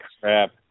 crap